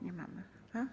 Nie mamy.